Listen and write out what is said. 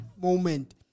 moment